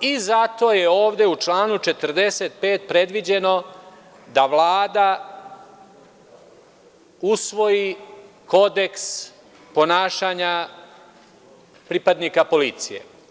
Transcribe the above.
i zato je ovde u članu 45. predviđeno da Vlada usvoji kodeks ponašanja pripadnika policije.